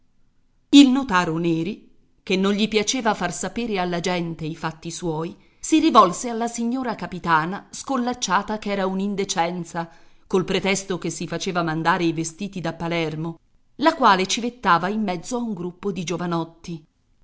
il notaro neri che non gli piaceva far sapere alla gente i fatti suoi si rivolse alla signora capitana scollacciata ch'era un'indecenza col pretesto che si faceva mandare i vestiti da palermo la quale civettava in mezzo a un gruppo di giovanotti